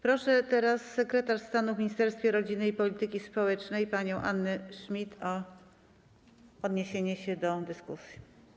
Proszę teraz sekretarz stanu w Ministerstwie Rodziny i Polityki Społecznej panią Annę Schmidt o odniesienie się do dyskusji.